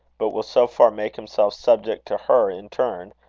but will so far make himself subject to her in turn,